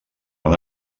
van